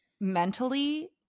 mentally